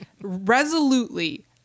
resolutely